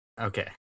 Okay